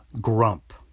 grump